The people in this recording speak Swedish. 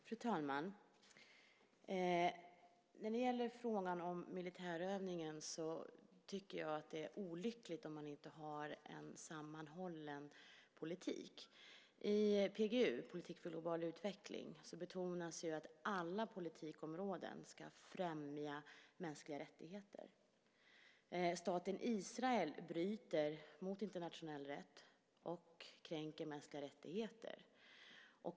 Fru talman! När det gäller frågan om militärövningen tycker jag att det är olyckligt om det inte finns en sammanhållen politik. I PGU, Politik för Global Utveckling, betonas ju att alla politikområden ska främja mänskliga rättigheter. Staten Israel bryter mot internationell rätt och kränker mänskliga rättigheter.